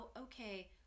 okay